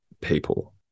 people